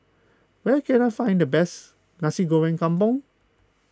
where can I find the best Nasi Goreng Kampung